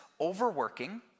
overworking